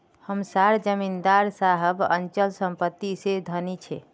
हम सार जमीदार साहब अचल संपत्ति से धनी छे